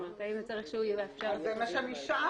אז זה מה שאני שאלתי,